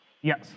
Yes